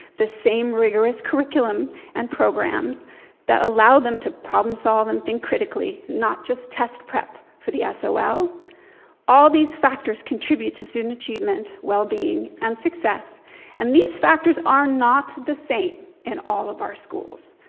the same rigorous curriculum and programs that allow them to problem solve and think critically not just test prep for the so sol. all these factors contribute to student achievement, wellbeing, and success and these factors are not the same in all of our schools.